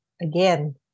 Again